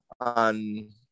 on